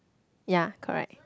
ya correct